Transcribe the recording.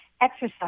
exercise